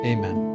Amen